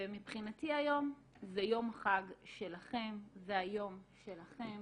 ומבחינתי היום זה יום חג שלכם, זה היום שלכם.